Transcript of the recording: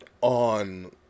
on